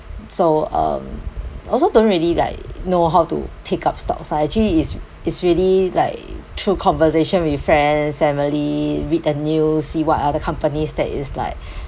so um also don't really like know how to pick up stocks ah actually it's it's really like through conversation with friends family read the news see what other companies that is like